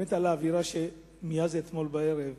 באמת על האווירה שמאז אתמול בערב,